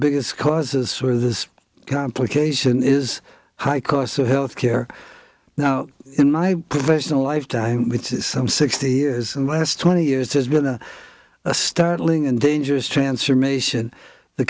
biggest causes for this complication is high costs of health care now in my professional lifetime which is some sixty years and the last twenty years has been a startling and dangerous transformation the